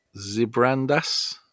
zibrandas